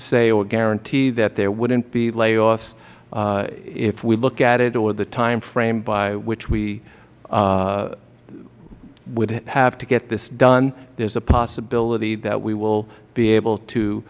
say or guarantee that there wouldn't be layoffs if we look at it or the timeframe by which we would have to get this done there is a possibility that we will be able to